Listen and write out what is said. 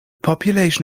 population